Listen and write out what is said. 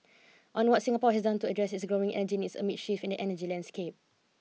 on what Singapore has done to address its growing energy needs amid shifts in the energy landscape